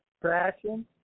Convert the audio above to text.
crashing